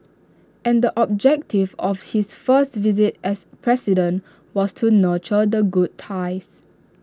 and the objective of his first visit as president was to nurture the good ties